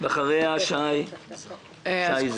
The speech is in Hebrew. ואחריה שי יזהר.